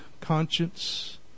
conscience